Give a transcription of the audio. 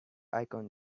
icon